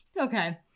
Okay